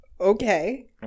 Okay